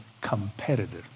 competitor